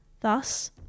Thus